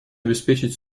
обеспечить